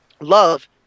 love